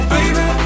Baby